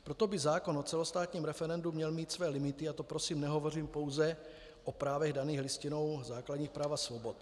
Proto by zákon o celostátním referendu měl mít své limity, a to prosím nehovořím pouze o právech daných Listinou základních práv a svobod.